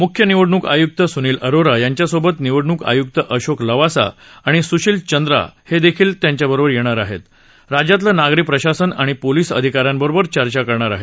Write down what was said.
मुख्य निवडणूक आय्क्त सुनील अरोरा यांच्यासोबत निवडणूक आय्क्त अशोक लवासा आणि स्शील चंद्रा दख्खील असून त राज्यातलं नागरी प्रशासन आणि पोलीस अधिकाऱ्यांबरोबर चर्चा करणार आहेत